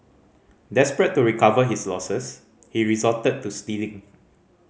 desperate to recover his losses he resorted to stealing